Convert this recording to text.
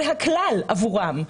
זה הכלל עבורם.